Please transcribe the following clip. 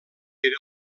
era